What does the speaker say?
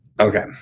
Okay